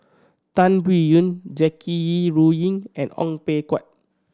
Tan Biyun Jackie Yi Ru Ying and Ong Peng Hock